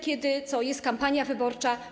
Kiedy jest kampania wyborcza?